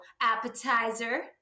appetizer